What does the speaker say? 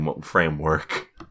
framework